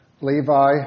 Levi